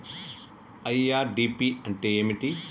IRDP అంటే ఏమిటి?